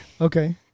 Okay